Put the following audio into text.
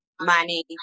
money